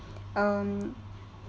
um